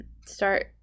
start